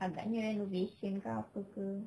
agaknya renovation ke apa ke